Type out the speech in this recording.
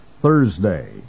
Thursday